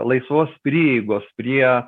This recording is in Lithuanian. laisvos prieigos prie